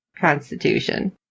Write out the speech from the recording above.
constitution